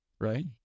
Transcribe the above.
right